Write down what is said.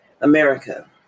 America